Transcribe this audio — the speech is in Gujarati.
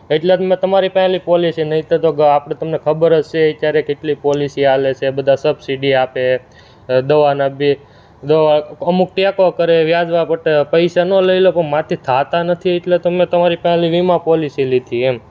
એટલે તે મેં તમારી પાસે ઓલી પોલિસી નહીંતર તો આપણે તો કે તમને ખબર જ છે અત્યારે કેટલી પોલિસી ચાલે છે બધા સબસિડી આપે હવે દવાના બી દવા અમુક ટેકો કરે વ્યાજ બાબતે પૈસા ન લઈ લે પણ મારાથી થતા નથી એટલે તમને તમારી પાસે ઓલી વીમા પોલિસી લીધી એમ